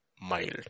mild